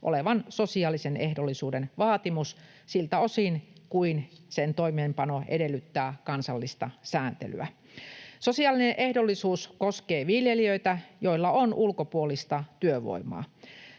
olevan sosiaalisen ehdollisuuden vaatimus siltä osin kuin sen toimeenpano edellyttää kansallista sääntelyä. Sosiaalinen ehdollisuus koskee viljelijöitä, joilla on ulkopuolista työvoimaa.